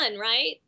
right